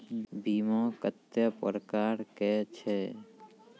बीमा कत्तेक प्रकारक छै?